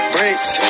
Bricks